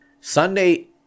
sunday